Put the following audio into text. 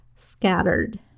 scattered